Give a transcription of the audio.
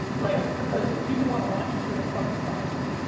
like because if people wanna watch you, they're gonna fucking find you.